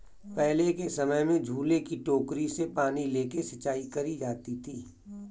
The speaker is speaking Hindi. पहले के समय में झूले की टोकरी से पानी लेके सिंचाई करी जाती थी